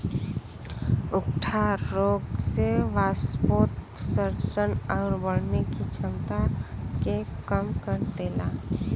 उकठा रोग से वाष्पोत्सर्जन आउर बढ़ने की छमता के कम कर देला